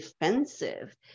defensive